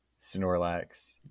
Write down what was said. Snorlax